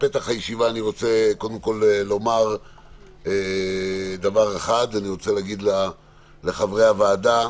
בפתח הישיבה אני רוצה לומר לחברי הוועדה